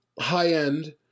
high-end